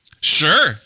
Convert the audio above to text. Sure